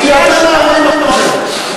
כי אתם מערערים על הדבר הזה.